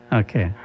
okay